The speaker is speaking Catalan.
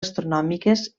astronòmiques